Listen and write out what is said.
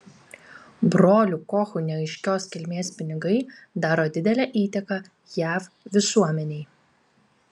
brolių kochų neaiškios kilmės pinigai daro didelę įtaką jav visuomenei